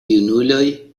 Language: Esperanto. junuloj